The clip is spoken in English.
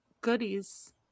goodies